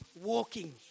walking